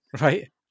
Right